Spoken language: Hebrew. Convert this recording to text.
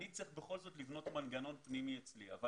אני בכל זאת צריך לבנות מנגנון פנימי אצלי אבל